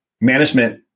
management